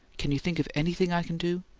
can you think of anything i can do?